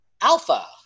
Alpha